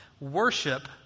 Worship